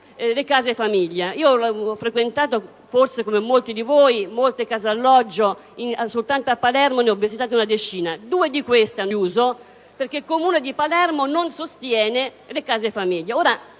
le case famiglia. Ho visitato, come molti di voi, molte case alloggio; soltanto a Palermo ne ho visitate una decina e due di queste hanno chiuso perché il Comune di Palermo non sostiene le case famiglia.